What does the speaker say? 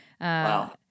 Wow